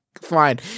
Fine